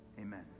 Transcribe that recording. Amen